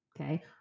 okay